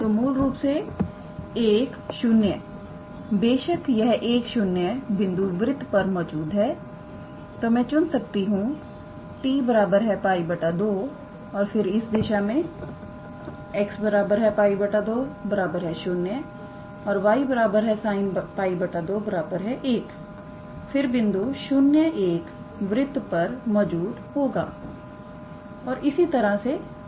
तो मूल रूप से 10 बेशक यह 10 बिंदु वृत्त पर मौजूद है तो मैं चुन सकती हूं 𝑡 𝜋 2 और फिर इस दिशा में 𝑥 cos 𝜋 2 0 𝑦 sin 𝜋 2 1 फिर बिंदु 01 वृत्त पर मौजूद होगा और इसी तरह से आगे